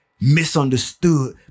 misunderstood